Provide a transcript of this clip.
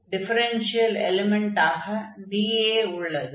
differential எலிமென்டாக dA உள்ளது